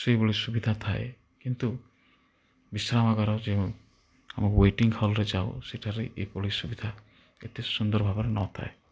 ସେଇଭଳି ସୁବିଧା ଥାଏ କିନ୍ତୁ ବିଶ୍ରାମଗାର ଯେଉଁ ଆମ ୱେଟିଙ୍ଗ୍ ହଲ୍ରେ ଯାଉ ସେଠାରେ ଏହିଭଳି ସୁବିଧା ଏତେ ସୁନ୍ଦର ଭାବରେ ନଥାଏ